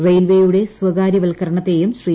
റെയിൽവേയുടെ സ്വകാര്യവൽക്കരണത്തേയും ശ്രീ